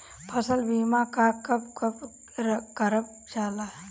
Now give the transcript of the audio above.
फसल बीमा का कब कब करव जाला?